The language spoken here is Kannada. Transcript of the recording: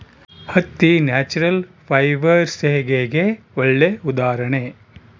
ಹತ್ತಿ ನ್ಯಾಚುರಲ್ ಫೈಬರ್ಸ್ಗೆಗೆ ಒಳ್ಳೆ ಉದಾಹರಣೆ